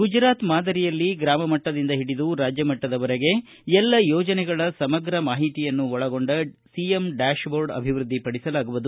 ಗುಜರಾತ್ ಮಾದರಿಯಲ್ಲಿ ಗ್ರಾಮ ಮಟ್ಟದಿಂದ ಹಿಡಿದು ರಾಜ್ಯ ಮಟ್ಟದವರೆಗೆ ಎಲ್ಲ ಯೋಜನೆಗಳ ಸಮಗ್ರ ಮಾಹಿತಿಯನ್ನು ಒಳಗೊಂಡ ಸಿಎಂ ಡ್ಯಾಷ್ಬೋರ್ಡ್ಅಭಿವೃದ್ಧಿಪಡಿಸಲಾಗುವುದು